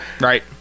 Right